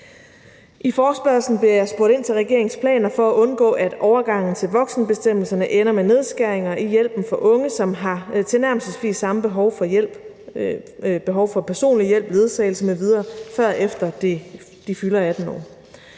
I forespørgslen bliver jeg spurgt ind til regeringens planer for at undgå, at overgangen til voksenbestemmelserne ender med nedskæringer i hjælpen for unge, som har tilnærmelsesvis samme behov for personlig hjælp, ledsagelse m.v., før og efter de fylder 18 år.